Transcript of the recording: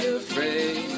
afraid